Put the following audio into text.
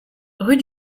rue